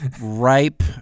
ripe